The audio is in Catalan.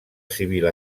civil